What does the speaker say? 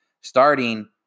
Starting